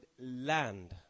land